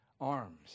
arms